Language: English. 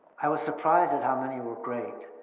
i was surprised at how many were great.